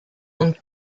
und